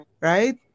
Right